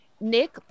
Nick